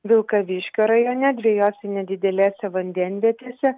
vilkaviškio rajone dviejose nedidelėse vandenvietėse